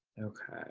okay